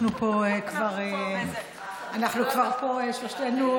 אנחנו כבר פה שלושתנו,